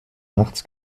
nachts